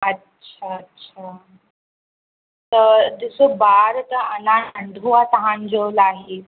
अच्छा अच्छा त ॾिसो ॿार त अञा नंढिड़ो आहे तव्हांजो इलाही